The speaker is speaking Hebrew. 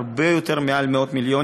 הרבה יותר מעל מאות מיליונים.